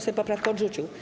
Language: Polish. Sejm poprawkę odrzucił.